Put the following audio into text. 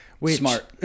Smart